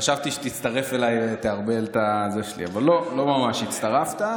חשבתי שתצטרף אליי ותערבל את, אבל לא ממש הצטרפת.